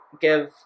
give